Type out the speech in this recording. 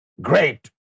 great